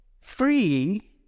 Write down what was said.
Free